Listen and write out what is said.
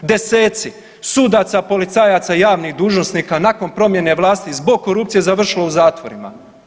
Deseci sudaca, policajaca i javni dužnosnika nakon promjene vlasti zbog korupcije završilo u zatvorima.